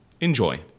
Enjoy